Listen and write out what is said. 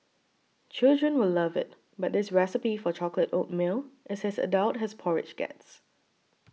children will love it but this recipe for chocolate oatmeal is as adult as porridge gets